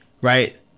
right